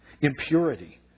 impurity